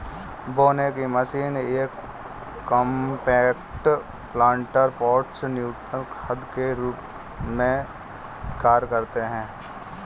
बोने की मशीन ये कॉम्पैक्ट प्लांटर पॉट्स न्यूनतर उद्यान के रूप में कार्य करते है